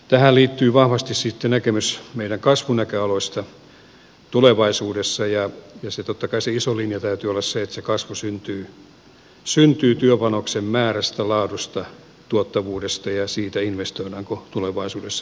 tähän liittyy vahvasti sitten näkemys meidän kasvunäköaloista tulevaisuudessa ja totta kai sen ison linjan täytyy olla se että se kasvu syntyy työpanoksen määrästä laadusta tuottavuudesta ja siitä investoidaanko tulevaisuudessa suomeen